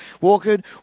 walking